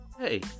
hey